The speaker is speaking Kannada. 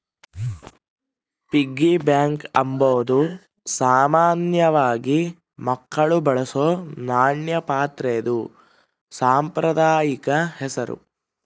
ಪಿಗ್ಗಿ ಬ್ಯಾಂಕ್ ಅಂಬಾದು ಸಾಮಾನ್ಯವಾಗಿ ಮಕ್ಳು ಬಳಸೋ ನಾಣ್ಯ ಪಾತ್ರೆದು ಸಾಂಪ್ರದಾಯಿಕ ಹೆಸುರು